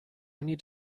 need